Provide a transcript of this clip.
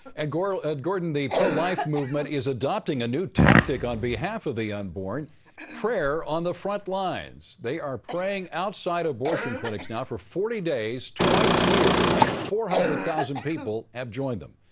and gordon, ah the pro-life movement is adopting a new tactic on behalf of the unborn prayer on the front lines. they are praying outside abortion clinics now for forty days twice a year, and four hundred thousand people have joined them.